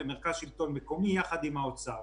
ומרכז השלטון המקומי ביחד עם משרד האוצר.